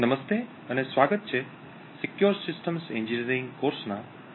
નમસ્તે અને સ્વાગત છે સિક્યોર સિસ્ટમ્સ એન્જિનિયરિંગ કોર્સના આ વિડિઓ પ્રવચનમાં